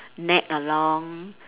nag along